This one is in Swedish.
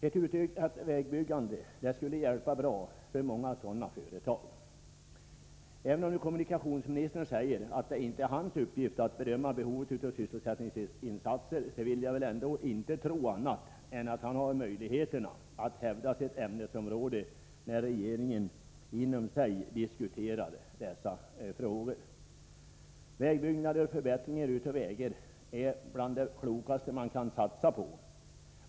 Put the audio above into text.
Ett utökat vägbyggande skulle på ett bra sätt hjälpa många sådana företag. Även om nu kommunikationsministern säger att det inte är hans uppgift att bedöma behovet av sysselsättningsinsatser, vill jag ändå inte tro annat än att han har möjlighet att hävda sitt ämnesområde när regeringen inom sig diskuterar sysselsättningssatsningarna. Vägbyggnader och förbättringar av vägar är bland det klokaste man kan satsa på.